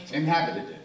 inhabited